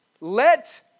let